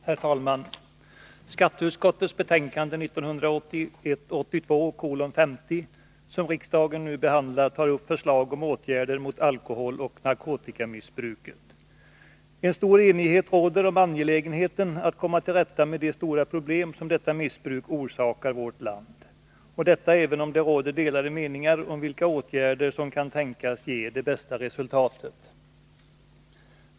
Herr talman! Skatteutskottets betänkande 1981/82:50, som riksdagen nu behandlar, tar upp förslag om åtgärder mot alkoholoch narkotikamissbruket. Stor enighet råder om angelägenheten av att komma till rätta med de stora problem som detta missbruk orsakar vårt land, även om det råder delade meningar om vilka åtgärder som kan tänkas ge det bästa resultatet.